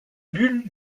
bulle